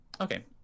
okay